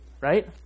right